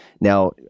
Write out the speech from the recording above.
now